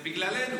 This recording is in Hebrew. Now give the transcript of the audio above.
זה בגללנו.